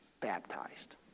baptized